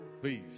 please